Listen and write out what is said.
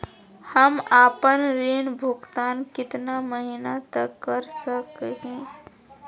हम आपन ऋण भुगतान कितना महीना तक कर सक ही?